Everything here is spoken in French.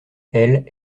elle